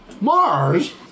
Mars